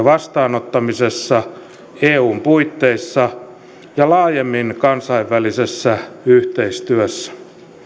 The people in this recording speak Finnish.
vastaanottamisessa eun puitteissa ja laajemmin kansainvälisessä yhteistyössä